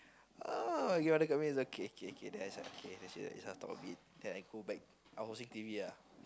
oh you want to come in okay k k then I was like okay then she started talk a bit then I go back I watching T_V ah